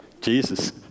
Jesus